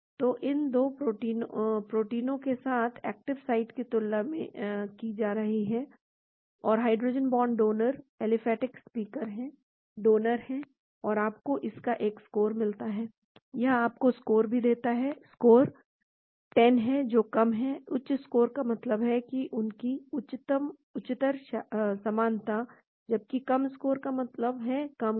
तो इन 2 प्रोटीन के एक्टिव साइटों की तुलना की जा रही है और hydrogen bond donor aliphatic acceptor हैं डोनर हैं और आपको इसका एक स्कोर मिलता है यह आपको स्कोर भी देता है स्कोर 100 है जो कम है उच्च स्कोर का मतलब है कि उनकी उच्चतर समानता जबकि कम स्कोर का मतलब है कम गुण